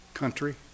Country